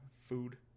food